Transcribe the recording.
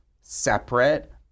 separate